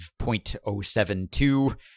0.072